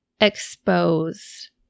expose